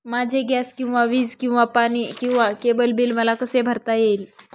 माझे गॅस किंवा वीज किंवा पाणी किंवा केबल बिल मला कसे भरता येईल?